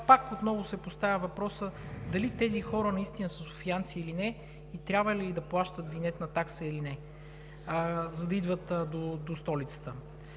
сега отново се поставя въпросът дали тези хора наистина са софиянци или не и трябва ли да плащат винетна такса или не, за да идват до столицата?